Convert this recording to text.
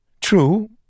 True